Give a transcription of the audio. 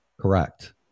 Correct